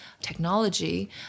technology